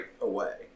away